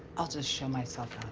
i'll just show myself